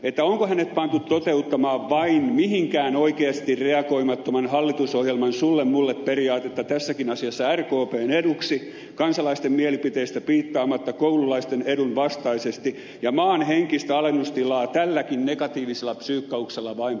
onko hänet pantu toteuttamaan vain mihinkään oikeasti reagoimattoman hallitusohjelman sullemulle periaatetta tässäkin asiassa rkpn eduksi kansalaisten mielipiteistä piittaamatta koululaisten edun vastaisesti ja maan henkistä alennustilaa tälläkin negatiivisella psyykkauksella vain pahentaen